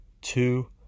two